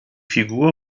figur